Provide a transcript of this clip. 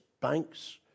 banks